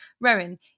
Rowan